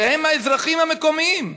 שהם האזרחים המקומיים?